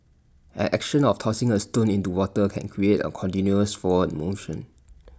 an action of tossing A stone into water can create A continuous forward motion